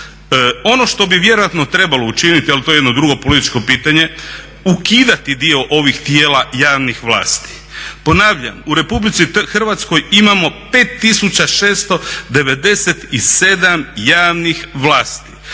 Ono što bi vjerojatno trebalo učiniti ali to je jedno drugo političko pitanje, ukidati dio ovih tijela javnih vlasti. Ponavljam, u RH imamo 5.697 javnih vlasti.